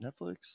netflix